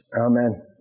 Amen